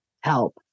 help